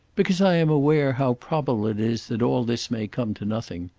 because i am aware how probable it is that all this may come to nothing.